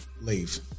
leave